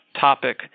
topic